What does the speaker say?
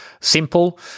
simple